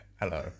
Hello